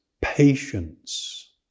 patience